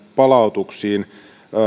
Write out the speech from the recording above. palautuksiin